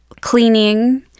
cleaning